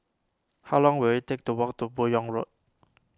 how long will it take to walk to Buyong Road